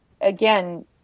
again